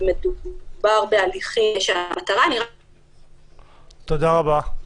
-- מדובר בהליכים שהמטרה --- תודה רבה.